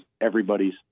everybody's